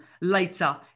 later